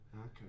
okay